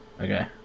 Okay